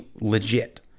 legit